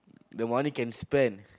the money can spend